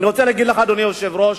אדוני היושב-ראש,